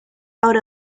out